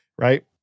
right